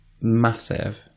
massive